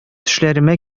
төшләремә